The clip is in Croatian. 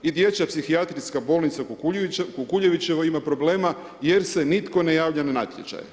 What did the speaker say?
I Dječja psihijatrijska bolnica u Kukuljevićevoj ima problema jer se nitko ne javlja na natječaj.